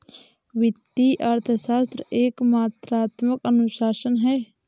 वित्तीय अर्थशास्त्र एक मात्रात्मक अनुशासन है